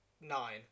nine